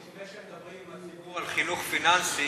לפני שמדברים עם הציבור על חינוך פיננסי,